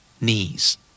knees